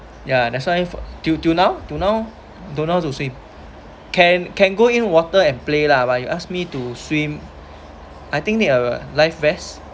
ya that's why for till till now till now don't know how to swim can can go in water and play lah but you ask me to swim I think there are life vest